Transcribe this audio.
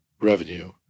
revenue